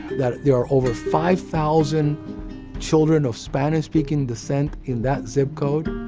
that there are over five thousand children of spanish-speaking descent in that zip code,